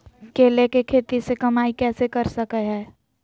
केले के खेती से कमाई कैसे कर सकय हयय?